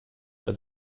for